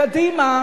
קדימה